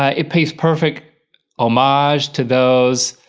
ah it pays perfect homage to those.